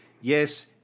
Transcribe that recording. yes